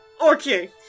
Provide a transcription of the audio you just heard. Okay